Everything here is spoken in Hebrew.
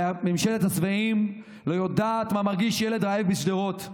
ממשלת השבעים לא יודעת מה מרגיש ילד רעב בשדרות.